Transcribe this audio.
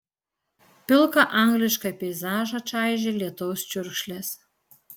pilką anglišką peizažą čaižė lietaus čiurkšlės